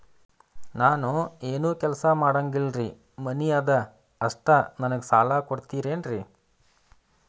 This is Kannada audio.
ನಾನು ಏನು ಕೆಲಸ ಮಾಡಂಗಿಲ್ರಿ ಮನಿ ಅದ ಅಷ್ಟ ನನಗೆ ಸಾಲ ಕೊಡ್ತಿರೇನ್ರಿ?